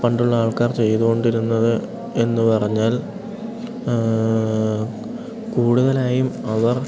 പണ്ടുള്ള ആൾക്കാർ ചെയ്തു കൊണ്ടിരുന്നത് എന്നു പറഞ്ഞാൽ കൂടുതലായും അവർ